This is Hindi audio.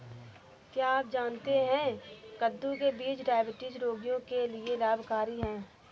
क्या आप जानते है कद्दू के बीज डायबिटीज रोगियों के लिए लाभकारी है?